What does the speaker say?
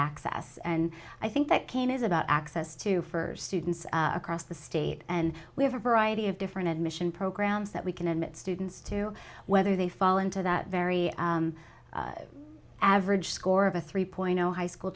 access and i think that kaine is about access to first students across the state and we have a variety of different admission programs that we can and students to whether they fall into that very average score of a three point zero high school